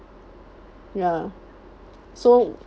ya so